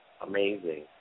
Amazing